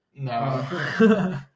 No